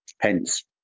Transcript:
Hence